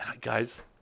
Guys